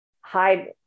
hide